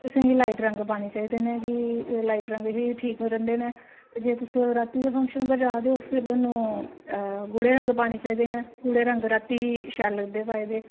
तुसेंगी लाइट रंग पाने चाहिदे न कि लाइट रंग ही ठीक रैंह्दे न ते जे तुस रातीं दे फंक्शन पर जा दे ओ फिर तोआनू गूह्ड़े रंग पाने चाहिदे न गूह्ड़े रंग रातीं शैल लगदे पाए दे